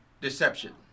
deception